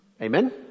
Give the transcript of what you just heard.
Amen